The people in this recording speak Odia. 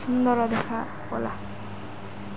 ସୁନ୍ଦର ଦେଖା ଗଲା